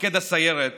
מפקד הסיירת